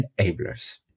enablers